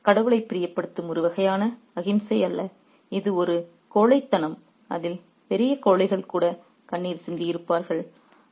இது கடவுளைப் பிரியப்படுத்தும் ஒரு வகையான அஹிம்சை அல்ல இது ஒரு கோழைத்தனம் அதில் பெரிய கோழைகள் கூட கண்ணீர் சிந்தியிருப்பார்கள்